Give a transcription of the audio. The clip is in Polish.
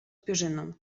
pierzyną